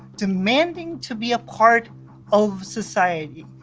demanding, to be a part of society.